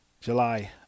July